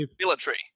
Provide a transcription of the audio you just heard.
military